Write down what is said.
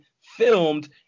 filmed